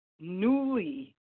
newly